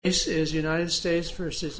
this is united states versus